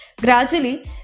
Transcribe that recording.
Gradually